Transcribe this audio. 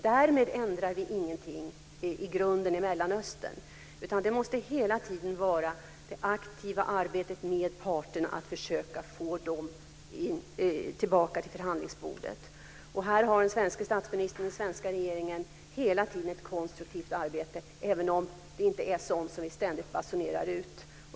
Därmed ändrar vi ingenting i grunden i Mellanöstern, utan det måste hela tiden vara ett aktivt arbete med parterna för att försöka få dem tillbaka till förhandlingsbordet. Här har den svenske statsministern och den svenska regeringen hela tiden ett konstruktivt arbete, även om det inte är sådant som vi ständigt basunerar ut.